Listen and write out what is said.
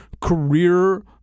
career